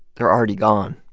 they're already gone.